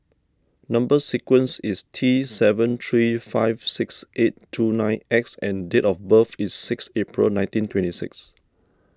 Number Sequence is T seven three five six eight two nine X and date of birth is six April nineteen twenty six